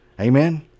Amen